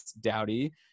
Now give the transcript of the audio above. dowdy